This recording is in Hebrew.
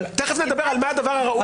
תכף נדבר על מה הדבר הראוי.